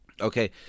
okay